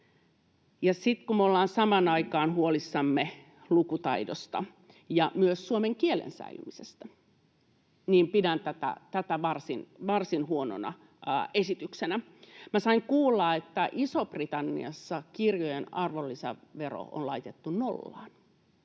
Kun me ollaan samaan aikaan huolissamme lukutaidosta ja myös suomen kielen säilymisestä, niin pidän tätä varsin huonona esityksenä. Minä sain kuulla, että Isossa-Britanniassa kirjojen arvonlisävero on laitettu nollaan.